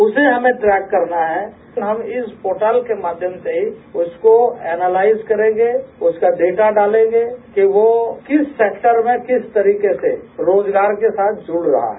उसे हमें ट्रैक करना है तो हम इस पोर्टल के माध्यम से उसको एनालाइस करेंगे उसका डेटा डालेंगे कि वो किस सैक्टर में किस तरीके से रोजगार के साथ जुड रहा है